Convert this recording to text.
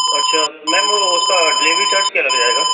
अच्छा मैम वो उसका डिलिवरी चार्ज क्या लग जाएगा